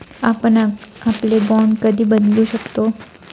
आपण आपले बाँड कधी बदलू शकतो?